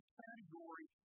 category